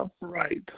Right